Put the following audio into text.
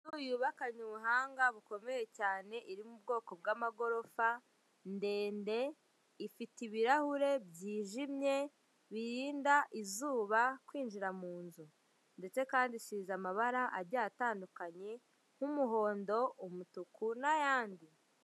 Inzu yubakanye ubuhanga bukomeye cyane, iri mu bwoko bw'amagorofa, ndende, ifite ibirahure byijimye, birinda izuba kwinjira mu nzu ndetse kandi isize amabara agiye atandukanye, nk'umuhondo, umutuku n'ayandi.